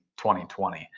2020